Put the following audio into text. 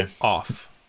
off